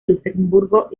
luxemburgo